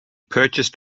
purchased